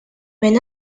minn